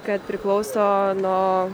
kad priklauso nuo